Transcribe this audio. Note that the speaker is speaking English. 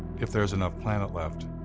if there is enough planet left.